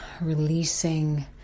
releasing